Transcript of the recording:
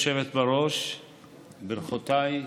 יש לך כבר ניסיון בלנהל דיונים.